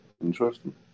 Interesting